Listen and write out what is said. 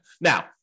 Now